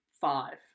five